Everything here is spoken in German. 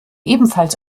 ebenfalls